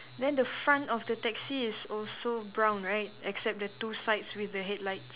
then the front of the taxi is also brown right except the two sides with the headlights